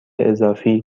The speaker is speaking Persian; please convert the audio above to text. اضافی